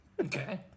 Okay